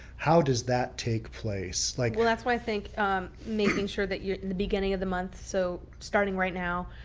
how does that take place? like well, that's why i think making sure that you're in the beginning of the month. so starting right now,